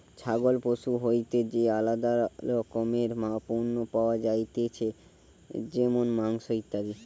ছাগল পশু হইতে যে আলাদা রকমের পণ্য পাওয়া যাতিছে যেমন মাংস, ইত্যাদি